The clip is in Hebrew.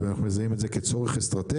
היות שאנחנו מזהים את זה כצורך אסטרטגי.